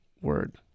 word